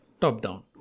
top-down